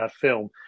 film